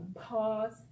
Pause